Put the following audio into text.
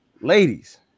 Ladies